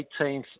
18th